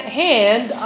hand